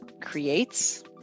creates